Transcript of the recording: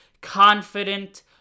confident